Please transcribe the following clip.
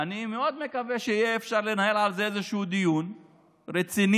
אני הקטן שצריך לחזק אותו או לשלוח מפה ברכת חזק